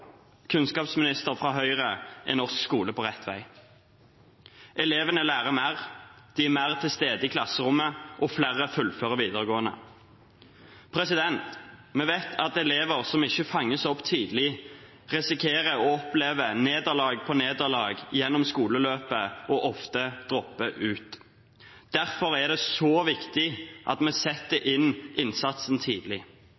kunnskapsminister fra Høyre er norsk skole på rett vei. Elevene lærer mer, de er mer til stede i klasserommet, og flere fullfører videregående. Vi vet at elever som ikke fanges opp tidlig, risikerer å oppleve nederlag på nederlag gjennom skoleløpet og ofte dropper ut. Derfor er det så viktig at vi